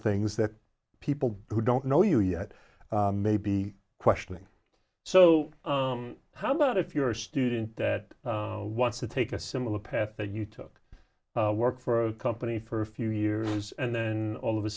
things that people who don't know you yet may be questioning so how about if you're a student that wants to take a similar path that you took work for a company for a few years and then all of a